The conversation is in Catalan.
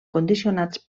condicionats